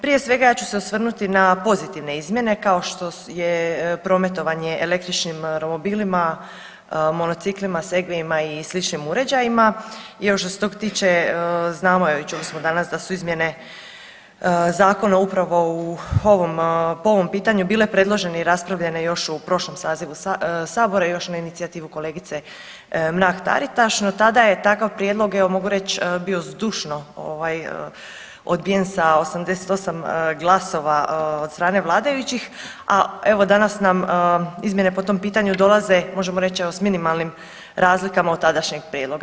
Prije svega ja ću se osvrnuti na pozitivne izmjene kao što je prometovanje električnim romobilima, monocilima, segvijima i sličnim uređajima i još što se tog tiče znamo evo čuli smo danas da su izmjene zakona upravo u ovom, po ovom pitanju bile predložene i raspravljene još u prošlom sazivu sabora i još na inicijativu kolegice Mrak-Taritaš, no tada je takav prijedlog evo mogu reć bio zdušno ovaj odbijen sa 88 glasova od strane vladajućih, a evo danas nam izmjene po tom pitanju dolaze možemo reć evo s minimalnim razlikama od tadašnjeg prijedloga.